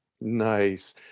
Nice